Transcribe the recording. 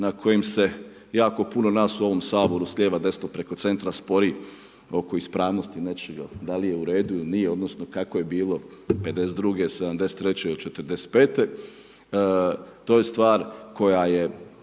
na kojem se jako puno nas u ovom Saboru, s lijeva, desna, preko centra spori oko ispravnosti nečega da li je u redu ili nije, odnosno kako je bilo '52., '73. ili '45. to je stvar koja je